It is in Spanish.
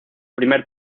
primer